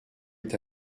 est